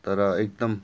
तर एकदम